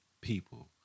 people